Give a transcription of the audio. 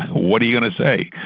what are you going to say?